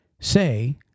say